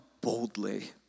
boldly